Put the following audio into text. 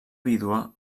vídua